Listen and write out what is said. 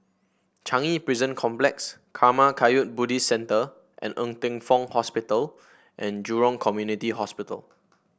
Changi Prison Complex Karma Kagyud Buddhist Centre and Ng Teng Fong Hospital and Jurong Community Hospital